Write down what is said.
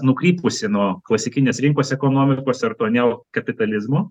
nukrypusi nuo klasikinės rinkos ekonomikos ar to neo kapitalizmo